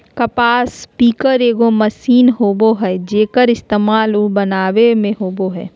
कपास पिकर एगो मशीन होबय हइ, जेक्कर इस्तेमाल उन बनावे में होबा हइ